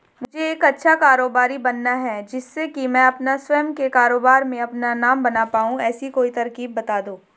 मुझे एक अच्छा कारोबारी बनना है जिससे कि मैं अपना स्वयं के कारोबार में अपना नाम बना पाऊं ऐसी कोई तरकीब पता दो?